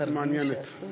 היא מעניינת.